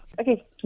Okay